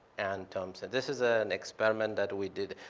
anne thompson. this is ah an experiment that we did,